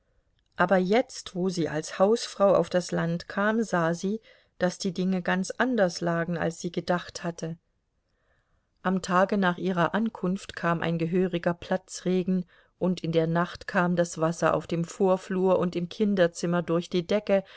aber jetzt wo sie als hausfrau auf das land kam sah sie daß die dinge ganz anders lagen als sie gedacht hatte am tage nach ihrer ankunft kam ein gehöriger platzregen und in der nacht kam das wasser auf dem vorflur und im kinderzimmer durch die decke